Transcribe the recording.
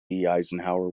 eisenhower